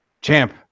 Champ